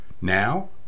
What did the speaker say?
Now